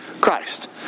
Christ